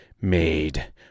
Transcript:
made